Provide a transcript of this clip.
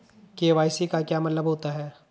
KYC का क्या मतलब होता है?